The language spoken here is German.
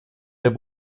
der